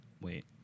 Wait